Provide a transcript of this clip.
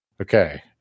Okay